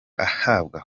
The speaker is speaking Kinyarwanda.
ahabwa